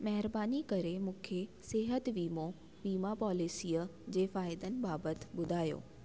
महिरबानी करे मूंखे सिहत वीमो वीमा पॉलिसीअ जे फ़ाइदनि बाबति ॿुधायो